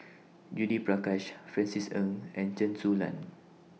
Judith Prakash Francis Ng and Chen Su Lan